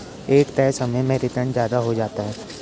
एक तय समय में रीटर्न ज्यादा हो सकता है